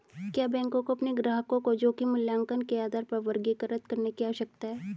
क्या बैंकों को अपने ग्राहकों को जोखिम मूल्यांकन के आधार पर वर्गीकृत करने की आवश्यकता है?